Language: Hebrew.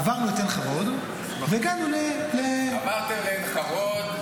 עברנו את עין חרוד והגענו --- עברתם בעין חרוד,